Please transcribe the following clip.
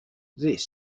this